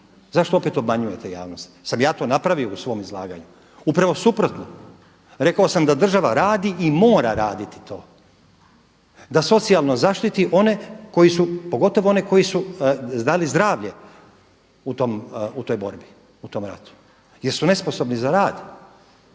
Zašto opet obmanjujete javnost? Jesam li ja to napravio u svom izlaganju? Upravo suprotno. Rekao sam da država radi i mora raditi to, da socijalno zaštiti one koji su, pogotovo one koji su dali zdravlje u toj borbi, u tom ratu. Jer su nesposobni za rad,